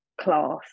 class